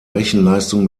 rechenleistung